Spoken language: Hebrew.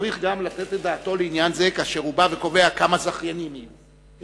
צריך לתת את דעתו גם לעניין זה כאשר הוא בא וקובע כמה זכיינים יהיו.